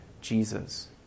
Jesus